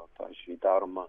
va pavyzdžiui daroma